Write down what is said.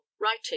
writing